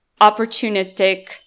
opportunistic